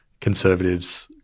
conservatives